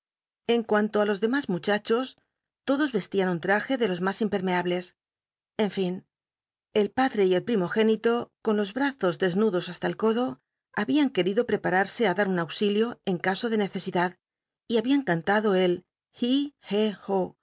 en cuanto ti los dernas muchachos todos estian un traje de los mas impermeables en nn el padre y el primogénito con los brazos desnudos ha ta el codo habían querido prepararse ti dar un auxilio en caso de necesidad y habian cantado el lli lle